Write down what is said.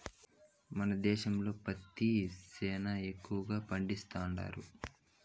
మన దేశంలో పత్తి సేనా ఎక్కువగా పండిస్తండారు